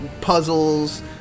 puzzles